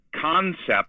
concept